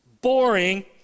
boring